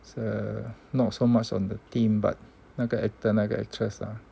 it's err not so much on the theme but 那个 actor 那个 actress ah